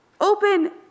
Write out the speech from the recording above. Open